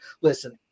Listen